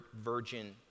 virgin